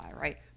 right